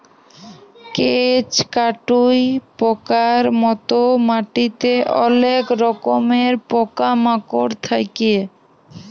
কেঁচ, কাটুই পকার মত মাটিতে অলেক রকমের পকা মাকড় থাক্যে